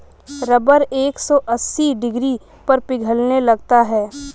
rubber एक सौ अस्सी डिग्री पर पिघलने लगता है